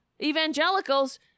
Evangelicals